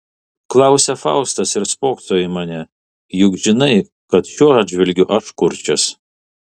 klausia faustas ir spokso į mane juk žinai kad šiuo atžvilgiu aš kurčias